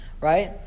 Right